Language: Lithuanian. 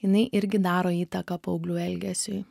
jinai irgi daro įtaką paauglių elgesiui